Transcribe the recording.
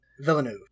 Villeneuve